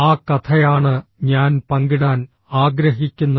ആ കഥയാണ് ഞാൻ പങ്കിടാൻ ആഗ്രഹിക്കുന്നത്